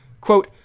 Quote